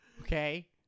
Okay